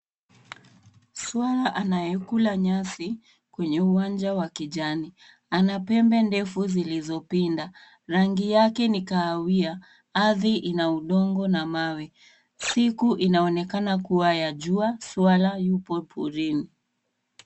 Swala anayekula nyasi, kwenye uwanja wa kijani. Ana pembe ndefu zilizopinda. Rangi yake ni kahawia. Ardhi ina udongo na mawe. Siku inaonekana kuwa ya jua . Swala yupo porini.